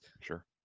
Sure